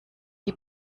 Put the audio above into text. die